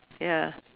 ya